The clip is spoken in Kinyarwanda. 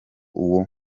uwo